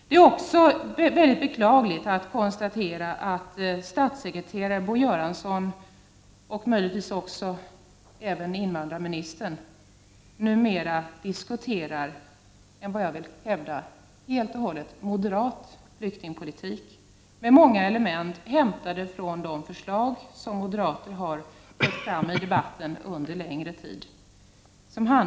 Det är också mycket beklagligt att behöva konstatera att statssekreterare Bo Göransson och även möjligen invandrarministern numera diskuterar en vad jag vill hävda helt och hållet moderat flyktingpolitik med många element hämtade från de förslag som Prot. 1989/90:29 moderater under en längre tid fört fram i debatten.